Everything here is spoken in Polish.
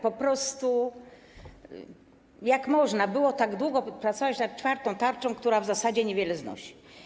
Po prostu jak można było tak długo pracować nad czwartą tarczą, która w zasadzie niewiele znosi?